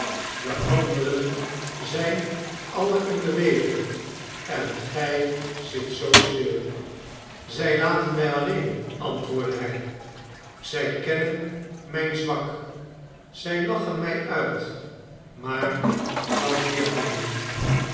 de anderen zijn alien in beweging en gij zit zoo stil zij laten mij alleen antwoordde hij zij kennen mijn zwak zij lachen mij uit maar dat deert mij niet